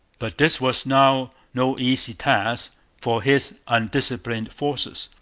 but this was now no easy task for his undisciplined forces,